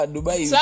Dubai